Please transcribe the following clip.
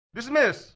Dismiss